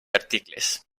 articles